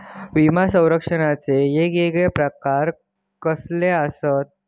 विमा सौरक्षणाचे येगयेगळे प्रकार कसले आसत?